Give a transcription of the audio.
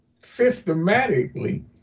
systematically